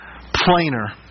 plainer